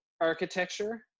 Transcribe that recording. architecture